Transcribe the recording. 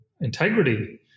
Integrity